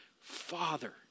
Father